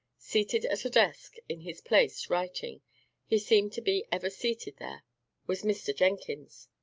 seated at a desk, in his place, writing he seemed to be ever seated there was mr. jenkins.